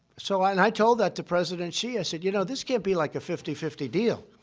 so, and i told that to president xi. i said, you know, this can't be like a fifty fifty deal.